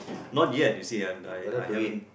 not yet you see I I I haven't